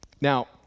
Now